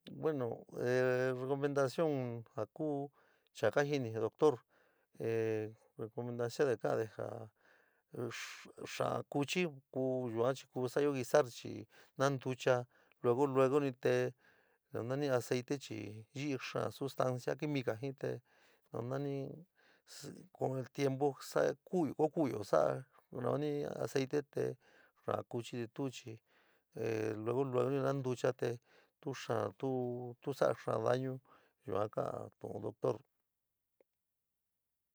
Bueno, renumeración, ja kuu chaa kajini doctor ee examen daidai de kedale ja yala kochii kuu yuu kuu sadyo guisar chii mandacha lenyo, lungoni te io nani aaite chii yií xda settara. Quinmitaa jir te na nani (continuo) tiempo saa kuu kuuvo saa aaite te xoo kochii chii tu chii lugo, lugoni? Mandacha te tu xaa tu tu saá xaa dañu yua ka´a tu doctor.